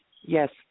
Yes